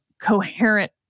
coherent